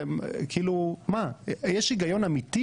יש היגיון אמיתי,